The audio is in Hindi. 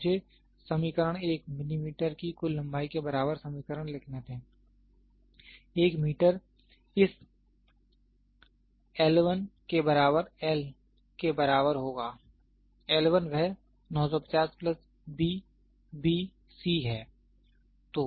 तो मुझे समीकरण 1 मिलीमीटर की कुल लंबाई के बराबर समीकरण लिखने दें 1 मीटर इस L 1 के बराबर L के बराबर होगा L 1 वह 950 प्लस b b c है